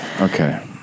Okay